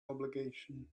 obligation